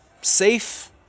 safe